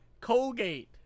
Colgate